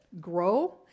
Grow